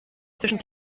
zwischen